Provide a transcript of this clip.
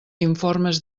informes